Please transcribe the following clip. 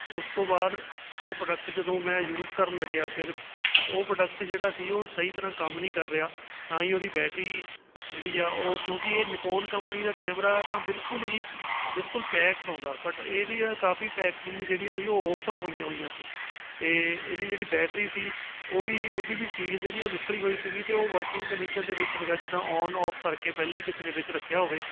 ਉਸ ਤੋਂ ਬਾਅਦ ਉਹ ਪ੍ਰੋਡਕਟ ਜਦੋਂ ਮੈਂ ਯੂਜ ਕਰਨ ਲੱਗਿਆ ਫਿਰ ਤਾਂ ਉਹ ਪ੍ਰੋਡਕਟ ਜਿਹੜਾ ਸੀ ਉਹ ਸਹੀ ਤਰ੍ਹਾਂ ਕੰਮ ਨਹੀਂ ਕਰ ਰਿਹਾ ਨਾ ਹੀ ਉਹਦੀ ਬੈਟਰੀ ਜਿਹੜੀ ਆ ਉਹ ਕਿਉਂਕਿ ਇਹ ਨਿਕੋਨ ਕੰਪਨੀ ਦਾ ਕੈਮਰਾ ਤਾਂ ਬਿਲਕੁਲ ਹੀ ਬਿਲਕੁਲ ਪੈਕਡ ਆਉਂਦਾ ਬਟ ਇਹਦੀ ਆ ਕਾਫ਼ੀ ਪੈਕਿੰਗ ਜਿਹੜੀਆਂ ਸੀ ਉਹ ਓਪਨ ਹੋਈਆਂ ਹੋਈਆਂ ਸੀ ਅਤੇ ਇਹਦੀ ਜਿਹੜੀ ਬੈਟਰੀ ਸੀ ਉਹ ਵੀ ਉਹਦੀ ਵੀ ਸੀਲ ਜਿਹੜੀ ਉਹ ਨਿਕਲੀ ਹੋਈ ਸੀਗੀ ਅਤੇ ਉਹ ਵਰਕਿੰਗ ਕੰਡੀਸ਼ਨ ਦੇ ਵਿੱਚ ਸੀਗਾ ਜਿੱਦਾਂ ਆਨ ਆਫ ਕਰਕੇ ਪਹਿਲਾਂ ਹੀ ਕਿਸੇ ਨੇ ਵਿੱਚ ਰੱਖਿਆ ਹੋਵੇ